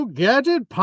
gadget